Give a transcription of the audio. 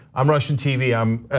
i'm russian tv, i'm